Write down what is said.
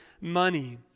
money